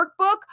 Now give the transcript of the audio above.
workbook